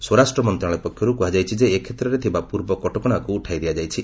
ସ୍ୱରାଷ୍ଟ୍ର ମନ୍ତ୍ରଣାଳୟ ପକ୍ଷରୁ କୁହାଯାଇଛି ଯେ ଏ କ୍ଷେତ୍ରରେ ଥିବା ପୂର୍ବ କଟକଣାକୁ ଉଠାଇ ଦିଆଯାଇଛି